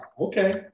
okay